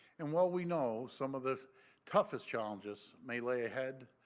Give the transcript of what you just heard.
and what we know, some of the toughest challenges may lay ahead,